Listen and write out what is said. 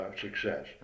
success